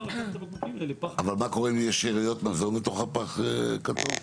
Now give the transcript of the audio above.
אבל מה קורה אם יש שאריות מזון בתוך הפח הכתום?